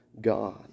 God